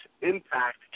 impact